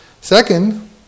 Second